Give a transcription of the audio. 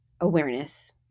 awareness